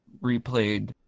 replayed